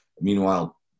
Meanwhile